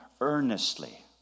earnestly